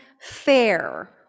fair